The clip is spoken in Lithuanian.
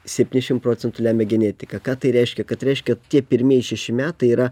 septyniasdešim procentų lemia genetika ką tai reiškia kad reiškia tie pirmieji šeši metai yra